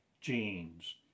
genes